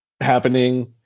happening